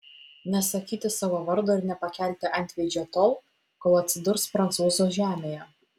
nesakyti savo vardo ir nepakelti antveidžio tol kol atsidurs prancūzų žemėje